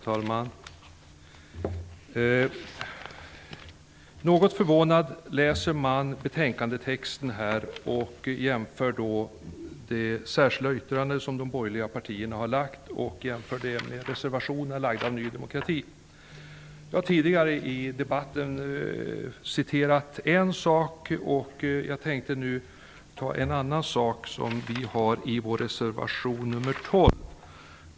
Herr talman! Något förvånad läser man betänkandetexten här och jämför med det särskilda yttrande som de borgerliga partierna avlämnat och reservationer framlagda av Ny demokrati. Jag har tidigare i debatten citerat en sak och tänkte nu ta en annan sak som vi har i vår reservation 12.